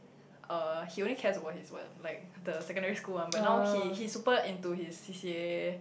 uh he also cares about his one like the secondary school one but now he he's super into his C_C_A